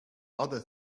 other